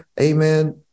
Amen